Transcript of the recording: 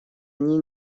они